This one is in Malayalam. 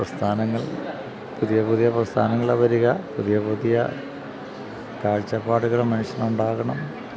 പ്രസ്ഥാനങ്ങൾ പുതിയ പുതിയ പ്രസ്ഥാനങ്ങള് വരിക പുതിയ പുതിയ കാഴ്ചപ്പാടുകള് മനുഷ്യനുണ്ടാകണം